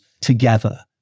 together